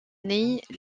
années